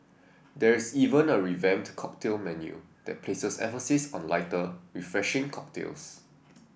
there's even a revamped cocktail menu that places emphasis on lighter refreshing cocktails